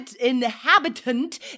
inhabitant